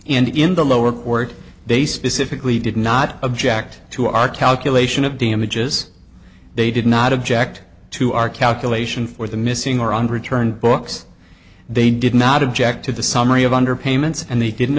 to in the lower court they specifically did not object to our calculation of damages they did not object to our calculation for the missing or on return books they did not object to the summary of under payments and they didn't